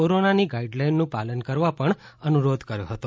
કોરોનાની ગાઇડ લાઇનનું પાલન કરવાપણ અનુરોધ કર્યો હતો